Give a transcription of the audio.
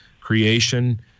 creation